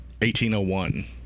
1801